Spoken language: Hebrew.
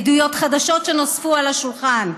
ועדויות חדשות שנוספו על השולחן.